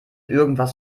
irgendwas